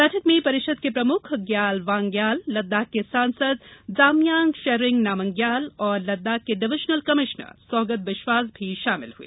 बैठक में परिषद के प्रमुख ग्याल वांग्याल लद्दाख के सांसद जाम्यांग शेरिंग नामग्याल और लद्दाख के डिवीजनल कमिश्नर सौगत बिस्वास भी शामिल हुए